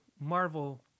Marvel